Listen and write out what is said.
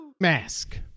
mask